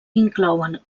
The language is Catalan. inclouen